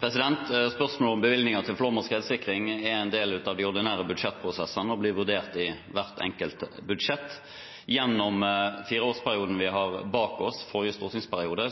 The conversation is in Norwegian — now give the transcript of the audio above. Spørsmålet om bevilgninger til flom- og skredsikring er en del av de ordinære budsjettprosessene og blir vurdert i hvert enkelt budsjett. Gjennom den fireårsperioden vi har bak oss, forrige stortingsperiode,